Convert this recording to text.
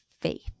faith